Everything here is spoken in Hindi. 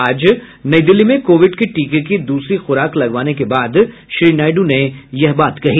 आज नई दिल्ली में कोविड के टीके की दूसरी खुराक लगवाने के बाद श्री नायडु ने यह बात कही